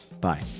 Bye